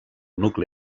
nucli